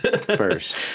first